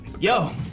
Yo